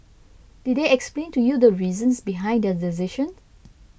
did they explain to you the reasons behind their decision